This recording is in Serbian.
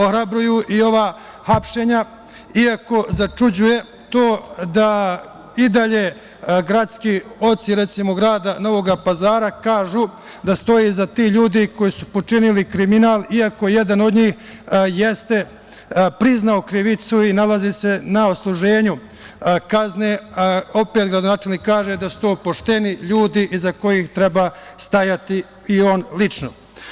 Ohrabruju i ova hapšenja, iako začuđuje to da i dalje gradski oci, recimo grada Novog Pazara, kažu da stoje iza tih ljudi koji su počinili kriminal, iako jedan od njih jeste priznao krivicu i nalazi se na odsluženju kazne, opet gradonačelnik kaže da su to pošteni ljudi iza kojih treba stajati, i on lično.